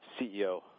CEO